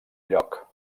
lloc